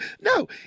No